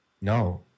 No